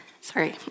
Sorry